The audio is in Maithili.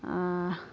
आ